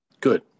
Good